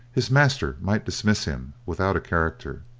his master might dismiss him without a character.